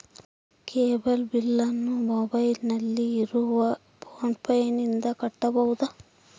Cable ಬಿಲ್ಲನ್ನು ಮೊಬೈಲಿನಲ್ಲಿ ಇರುವ ಫೋನ್ ಪೇನಿಂದ ಕಟ್ಟಬಹುದಾ?